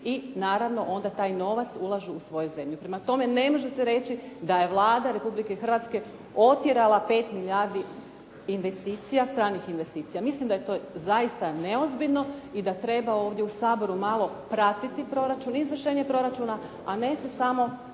i naravno onda taj novac ulažu u svoju zemlju. Prema tome, ne možete reći da je Vlada Republike Hrvatske otjerala 5 milijardi stranih investicija. Mislim da je to zaista neozbiljno i da treba ovdje u Saboru pratiti malo proračuna i izvršenje proračuna, a ne se samo